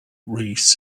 rees